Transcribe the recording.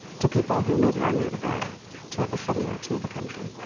to people who may be are new to the to the city or to the country.